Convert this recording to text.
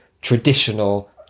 traditional